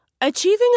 Achieving